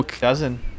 dozen